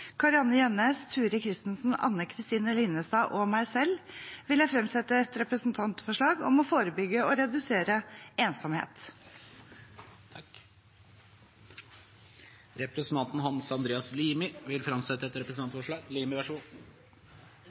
Jønnes, Turid Kristensen, Anne Kristine Linnestad og meg selv vil jeg fremsette et representantforslag om å forebygge og redusere ensomhet. Representanten Hans Andreas Limi vil framsette et representantforslag.